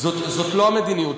אתה לא ימני.